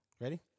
Ready